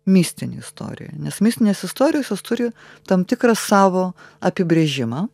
mistinių istorijų nes mistinės istorijos jos turi tam tikrą savo apibrėžimą